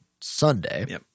Sunday